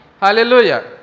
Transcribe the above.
Hallelujah